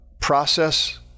process